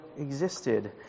existed